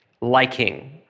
liking